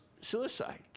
suicide